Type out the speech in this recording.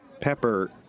Pepper